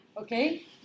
okay